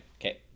Okay